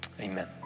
Amen